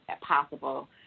possible